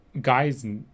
guys